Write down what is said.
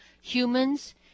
humans